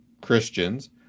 Christians